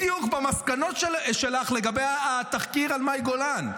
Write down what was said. ואנחנו נדון בדיוק במסקנות שלך לגבי התחקיר על מאי גולן.